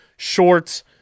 shorts